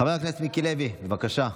חבר הכנסת מיקי לוי, בבקשה.